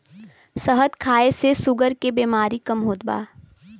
शहद खाए से शुगर के बेमारी कम होत बा